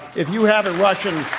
if you have a russian if